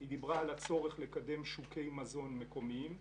היא דיברה על הצורך לקדם שוקי מזון מקומיים,